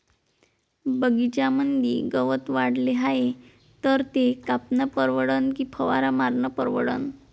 बगीच्यामंदी गवत वाढले हाये तर ते कापनं परवडन की फवारा मारनं परवडन?